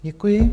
Děkuji.